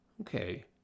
Okay